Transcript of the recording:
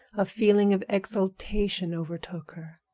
a feeling of exultation overtook her,